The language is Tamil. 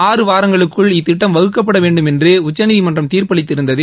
ஆறு வாரங்களுக்குள் இத்திட்டம் வகுக்கப்பட வேண்டும் என்று உச்சநீதிமன்றம் தீர்ப்பளித்திருந்தது